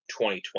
2020